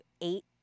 eight